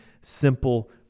simple